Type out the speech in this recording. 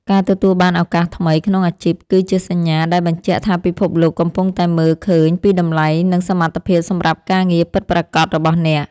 ការទទួលបានឱកាសថ្មីក្នុងអាជីពគឺជាសញ្ញាដែលបញ្ជាក់ថាពិភពលោកកំពុងតែមើលឃើញពីតម្លៃនិងសមត្ថភាពសម្រាប់ការងារពិតប្រាកដរបស់អ្នក។